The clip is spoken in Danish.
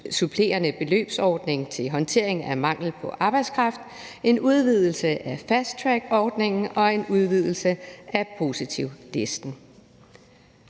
supplerende beløbsordning til håndtering af mangel på arbejdskraft, en udvidelse af fasttrackordningen og en udvidelse af positivlisten.